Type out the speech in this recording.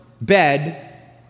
bed